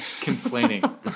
complaining